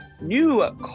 new